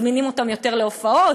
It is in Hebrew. מזמינים אותם יותר להופעות,